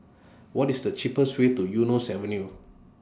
What IS The cheapest Way to Eunos Avenue